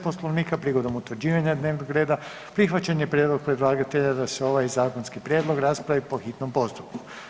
Poslovnika, prigodom utvrđivanja dnevnog reda, prihvaćen je prijedlog predlagatelja da se ovaj zakonski prijedlog raspravi po hitnom postupku.